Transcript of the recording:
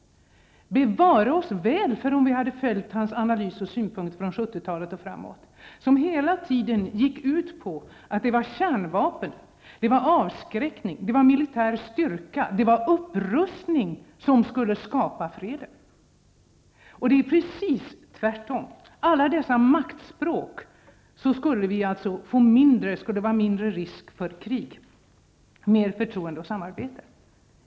Bevare oss väl om vi hade följt hans analys och synpunkter från 70-talet och framåt, som hela tiden gick ut på att det var kärnvapen, avskräckning, militär styrka och upprustning som skulle skapa freden. Det är precis tvärtom. Utan alla dessa maktspråk skulle det vara mindre risk för krig och mer förtroende och samarbete.